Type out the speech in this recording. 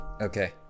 Okay